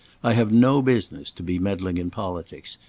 i have no business to be meddling in politics.